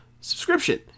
subscription